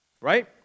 right